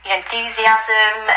enthusiasm